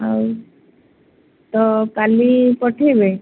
ଆଉ ତ କାଲି ପଠେଇବେ